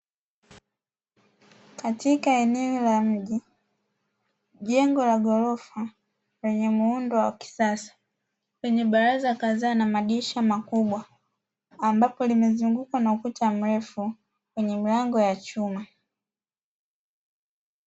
Katika eneo la mji jengo la gorofa lenye muundo wa kisasa lenye baraza kadhaa na madirisha makubwa, ambapo limezungukwa na ukuta mrefu na milango ya chuma.